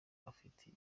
afite